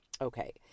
Okay